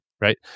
right